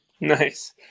Nice